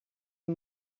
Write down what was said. een